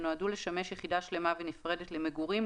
שנועדו לשמש יחידה שלמה ונפרדת למגורים,